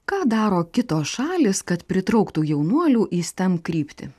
ką daro kitos šalys kad pritrauktų jaunuolių į steam kryptį